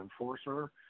enforcer